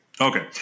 Okay